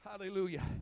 Hallelujah